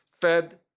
Fed